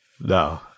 No